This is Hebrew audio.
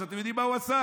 אז אתם יודעים מה הוא עשה?